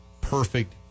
perfect